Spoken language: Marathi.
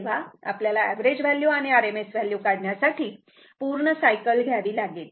तेव्हा आपल्याला एव्हरेज व्हॅल्यू आणि RMS व्हॅल्यू काढण्यासाठी पूर्ण सायकल घ्यावी लागेल